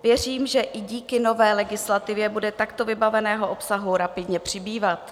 Věřím, že i díky nové legislativě bude takto vybaveného obsahu rapidně přibývat.